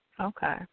Okay